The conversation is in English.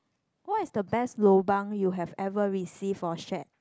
what is the best lobang you have ever receive for share